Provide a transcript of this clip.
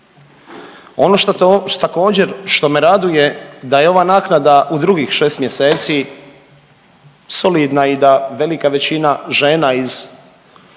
što me raduje da je ova naknada u drugih 6 mjeseci solidna i da velika većina žena iz,